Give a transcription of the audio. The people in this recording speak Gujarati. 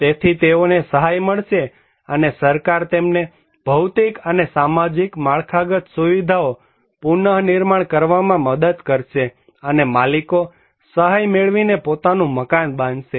તેથી તેઓને સહાય મળશે અને સરકાર તેમને ભૌતિક અને સામાજિક માળખાગત સુવિધાઓ પુનનિર્માણ કરવામાં મદદ કરશે અને માલિકો સહાય મેળવીને પોતાનું મકાન બાંધશે